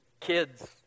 Kids